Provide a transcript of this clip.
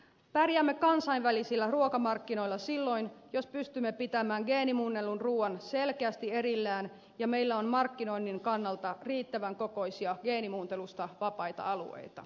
pärjäämme kansainvälisillä ruokamarkkinoilla silloin jos pystymme pitämään geenimuunnellun ruuan selkeästi erillään ja meillä on markkinoinnin kannalta riittävän kokoisia geenimuuntelusta vapaita alueita